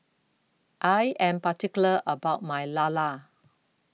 I Am particular about My Lala